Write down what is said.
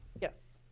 yes!